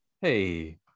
Hey